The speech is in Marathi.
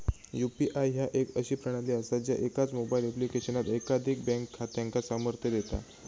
यू.पी.आय ह्या एक अशी प्रणाली असा ज्या एकाच मोबाईल ऍप्लिकेशनात एकाधिक बँक खात्यांका सामर्थ्य देता